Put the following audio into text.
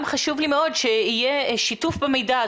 גם חשוב לי מאוד שיהיה שיתוף במידע.